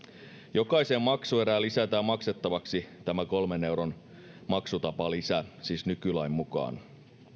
jokaiseen maksuerään lisätään maksettavaksi tämä kolmen euron maksutapalisä siis nykylain mukaan